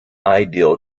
ideal